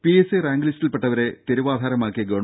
P S C rank ലിസ്റ്റിൽപ്പെട്ടവരെ തെരുവാധാരാമാക്കിയ ഗവ